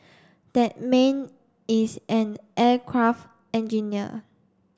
that man is an aircraft engineer